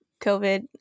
COVID